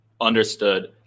Understood